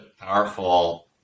powerful